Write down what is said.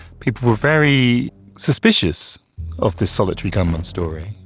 people are very suspicious of the solitary gunmen story,